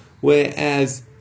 whereas